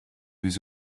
was